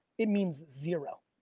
it means zero.